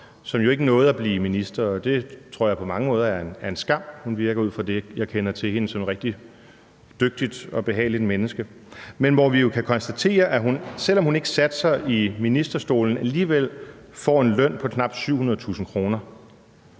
som jo ikke nåede at blive minister. Det tror jeg på mange måder er en skam. Hun virker ud fra det, jeg kender til hende, som et rigtig dygtigt og behageligt menneske. Men vi kan jo konstatere, at hun, selv om hun ikke satte sig i ministerstolen, alligevel får en løn på knap 700.000 kr.